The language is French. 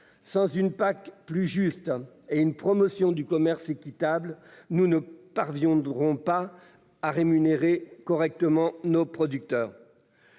sans une PAC plus juste, sans une promotion du commerce équitable, nous ne parviendrons pas à rémunérer correctement les producteurs.